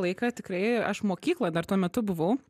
laiką tikrai aš mokykloj dar tuo metu buvau